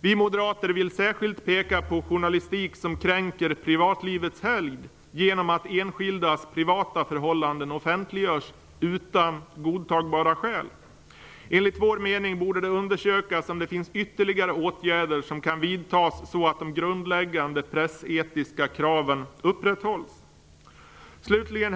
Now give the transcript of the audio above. Vi moderater vill särskilt peka på journalistik som kränker privatlivets helgd genom att enskildas privata förhållanden offentliggörs utan godtagbara skäl. Enligt vår mening borde det undersökas om det finns ytterligare åtgärder som kan vidtas så att de grundläggande pressetiska kraven upprätthålls. Herr talman!